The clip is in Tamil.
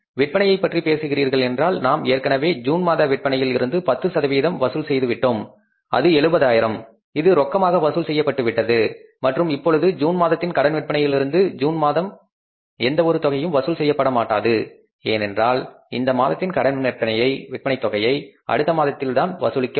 விற்பனை பற்றி பேசுகிறீர்கள் என்றால் நாம் ஏற்கனவே ஜூன் மாத விற்பனையில் இருந்து 10 வசூல் செய்து விட்டோம் அது 70000 இது ரொக்கமாக வசூல் செய்யப்பட்டு விட்டது மற்றும் இப்பொழுது ஜூன் மாதத்தின் கடன் விற்பனையிலிருந்து ஜூன் மாதம் எந்த ஒரு தொகையும் வசூல் செய்யப்படமாட்டாது ஏனென்றால் இந்த மாதத்தின் கடன் விற்பனைத் தொகை அடுத்த மாதத்தில் வசூலிக்கப்படும்